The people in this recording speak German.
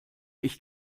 ich